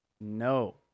No